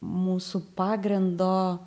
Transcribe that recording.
mūsų pagrindo